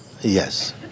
Yes